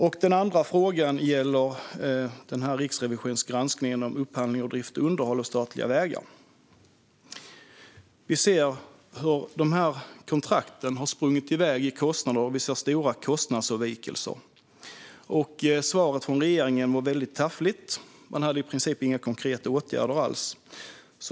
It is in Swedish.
Min andra fråga gäller Riksrevisionens granskning av upphandlingen av drift och underhåll av statliga vägar. Vi ser att kontrakten har sprungit i väg i kostnad, och vi ser stora kostnadsavvikelser. Svaret från regeringen var taffligt - man hade i princip inga konkreta åtgärder alls.